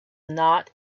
not